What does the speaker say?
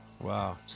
Wow